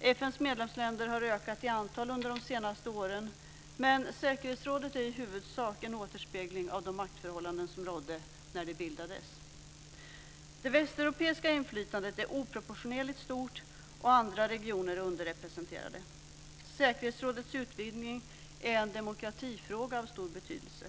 FN:s medlemsländer har ökat i antal under de senaste åren, men säkerhetsrådet är i huvudsak en återspegling av de maktförhållanden som rådde när FN bildades. Det västeuropeiska inflytandet är oproportionerligt stort och andra regioner är underrepresenterade. Säkerhetsrådets utvidgning är en demokratifråga av stor betydelse.